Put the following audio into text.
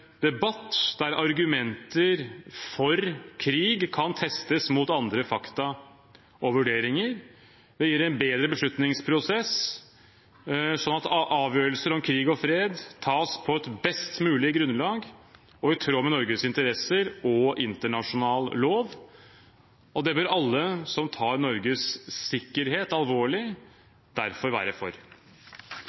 debatt der argumenter for krig kan testes mot andre fakta og vurderinger. Det gir en bedre beslutningsprosess, slik at avgjørelser om krig og fred tas på et best mulig grunnlag og i tråd med Norges interesser og internasjonal lov, og det bør alle som tar Norges sikkerhet alvorlig, derfor være for.